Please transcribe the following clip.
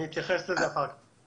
אני אתייחס לזה אחר כך.